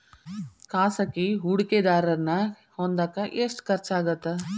ಖಾಸಗಿ ಹೂಡಕೆದಾರನ್ನ ಹೊಂದಾಕ ಎಷ್ಟ ಖರ್ಚಾಗತ್ತ